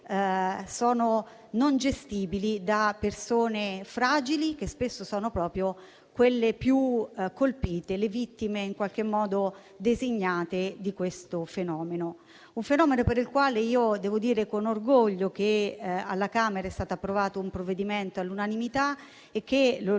non gestibili da persone fragili, che spesso sono proprio quelle più colpite, le vittime in qualche modo designate di questo fenomeno. Un fenomeno contro il quale devo dire, con orgoglio, che alla Camera è stato approvato un provvedimento all'unanimità, che, come ricordavamo